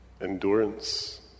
Endurance